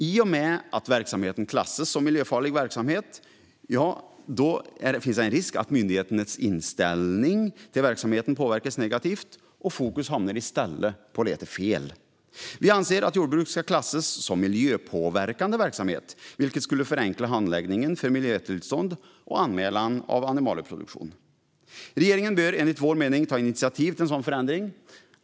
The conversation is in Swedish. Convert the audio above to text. I och med att verksamheten klassas som miljöfarlig finns det en risk för att myndigheternas inställning till verksamheten påverkas negativt och att fokus hamnar på att leta fel. Vi anser att jordbruk ska klassas som miljöpåverkande verksamhet, vilket skulle förenkla handläggningen för miljötillstånd och anmälan av animalieproduktion. Regeringen bör enligt vår mening ta initiativ till en sådan förändring.